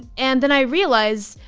and then i realized,